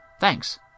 Thanks